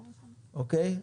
אוקיי?